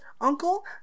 uncle